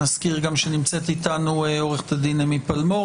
נזכיר שנמצאת איתנו גם עו"ד אמי פלמור,